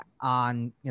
on